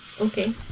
Okay